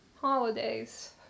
holidays